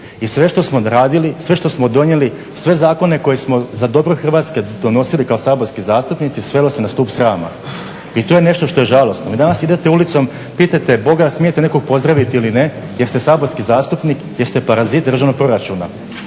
I sve što smo odradili, sve što smo donijeli, sve zakone koje smo za dobro Hrvatske donosili kao saborski zastupnici svelo se na stup srama. I to je nešto što je žalosno. Vi danas idete ulicom pitajte boga smijete li nekoga pozdraviti ili ne, jer ste saborski zastupnik, jer ste parazit državnog proračuna,